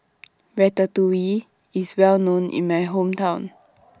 Ratatouille IS Well known in My Hometown